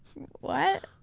what?